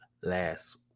last